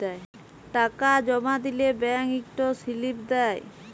টাকা জমা দিলে ব্যাংক ইকট সিলিপ দেই